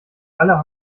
alle